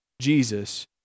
Jesus